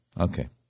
Okay